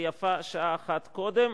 ויפה שעה אחת קודם.